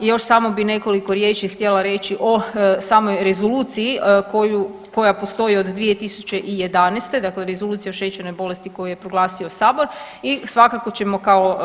I još samo bih nekoliko riječi htjela reći o samoj rezoluciji koja postoji od 2011., dakle Rezolucija o šećernoj bolesti koju je proglasio sabor i svakako ćemo kao